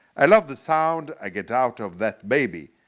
i love the sound i get out of that baby.